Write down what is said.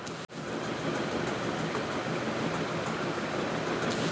এক ধরনের নরম ও মসৃণ তন্তু যা দিয়ে কাপড় বানানো হয়